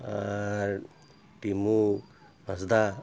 ᱟᱨ Timu ᱦᱟᱸᱥᱫᱟ